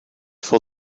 for